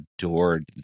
adored